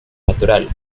natural